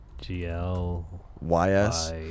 G-L-Y-S